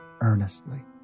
earnestly